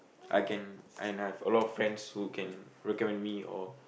I can and I've a lot of friends who can recommend me or